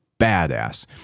badass